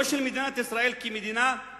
לא של מדינת ישראל כמדינה,